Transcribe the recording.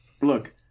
Look